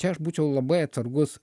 čia aš būčiau labai atsargus